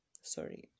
sorry